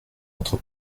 notre